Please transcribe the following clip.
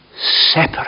separate